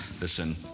Listen